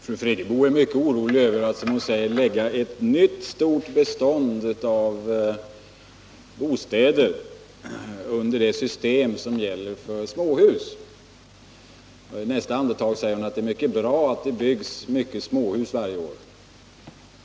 Herr talman! Fru Friggebo är mycket orolig över följderna av att, som hon säger, lägga ett nytt stort bestånd av bostäder under det system som gäller för småhus. Men i nästa andetag säger hon att det är mycket bra att det byggs mycket småhus varje år.